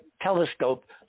telescope